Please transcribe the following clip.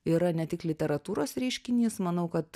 yra ne tik literatūros reiškinys manau kad